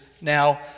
now